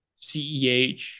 CEH